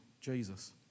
Jesus